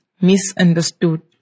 misunderstood